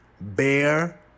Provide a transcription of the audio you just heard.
Bear